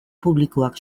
publikoak